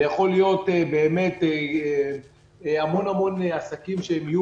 זה יכול להיות המון-המון עסקים שיהיו